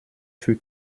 für